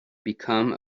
become